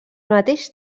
mateix